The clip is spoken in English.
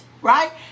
Right